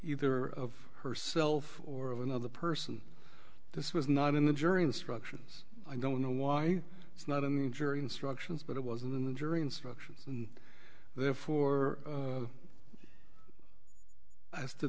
either of herself or of another person this was not in the jury instructions i don't know why it's not in the jury instructions but it was in the jury instructions and therefore as to